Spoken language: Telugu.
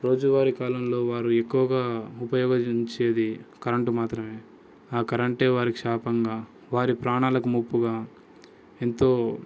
రోజువారి కాలంలో వారు ఎక్కువగా ఉపయోగించేది కరెంటు మాత్రమే ఆ కరంటే వారికి శాపంగా వారి ప్రాణాలకు ముప్పుగా ఎంతో